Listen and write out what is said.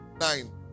Nine